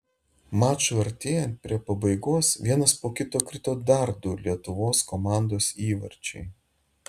mačui artėjant prie pabaigos vienas po kito krito dar du lietuvos komandos įvarčiai